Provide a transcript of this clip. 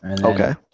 Okay